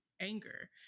anger